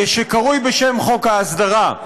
שקרוי בשם "חוק ההסדרה",